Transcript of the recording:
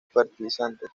fertilizantes